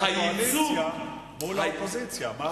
מול האופוזיציה.